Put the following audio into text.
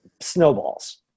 snowballs